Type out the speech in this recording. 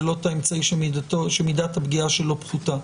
ולא את האמצעי שמידת הפגיעה שלו פחותה.